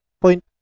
point